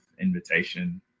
invitation